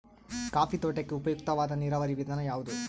Coffee ತೋಟಕ್ಕೆ ಉಪಯುಕ್ತವಾದ ನೇರಾವರಿ ವಿಧಾನ ಯಾವುದು?